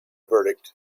verdict